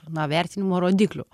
na vertinimo rodiklių